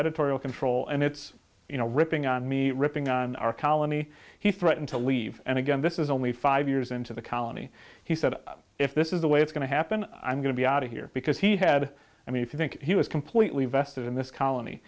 editorial control and it's you know ripping on me ripping on our colony he threatened to leave and again this is only five years into the colony he said if this is the way it's going to happen i'm going to be out of here because he had i mean if you think he was completely vested in this colony